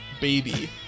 baby